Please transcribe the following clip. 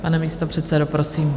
Pane místopředsedo, prosím.